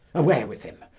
away with him,